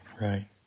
right